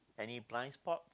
any blind spot